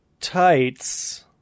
Tights